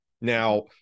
Now